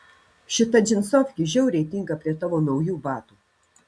šita džinsofkė žiauriai tinka prie tavo naujų batų